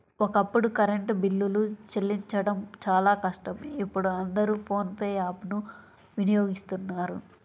ఒకప్పుడు కరెంటు బిల్లులు చెల్లించడం చాలా కష్టం ఇప్పుడు అందరూ ఫోన్ పే యాప్ ను వినియోగిస్తున్నారు